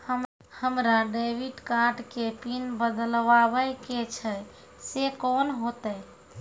हमरा debit card के PIN बदलबावै के छैं से कौन होतै?